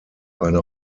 eine